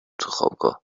خوابگاه